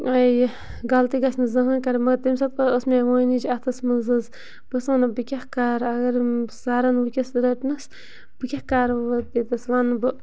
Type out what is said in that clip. یہِ غلطی گژھِ نہٕ زٕہٕنۍ کَرٕنۍ مگر تمہِ ساتہٕ ٲس مےٚ وٲنِج اَتھَس منٛز حظ بہٕ ٲسٕس وَنان بہٕ کیٛاہ کَرٕ اگر سَرَن وٕنۍکٮ۪س بہٕ رٔٹنَس کیٛاہ کَرٕ وۄنۍ ییٚتَس وَنہٕ بہٕ